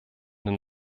den